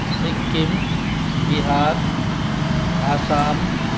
Sikkim Bihar Assam